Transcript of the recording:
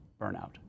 burnout